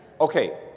Okay